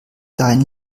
dein